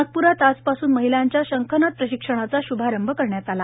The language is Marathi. नागपुरात आजपासुन महिलांच्या शंखनाद प्रशिक्षणाचा शुभारभ करण्यात आला